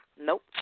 Nope